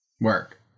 Work